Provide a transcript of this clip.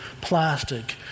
plastic